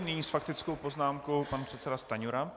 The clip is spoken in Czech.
Nyní s faktickou poznámkou pan předseda Stanjura.